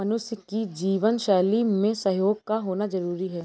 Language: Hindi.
मनुष्य की जीवन शैली में सहयोग का होना जरुरी है